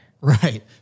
Right